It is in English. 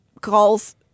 calls